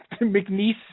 McNeese